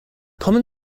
common